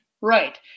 Right